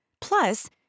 Plus